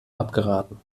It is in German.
abgeraten